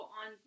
on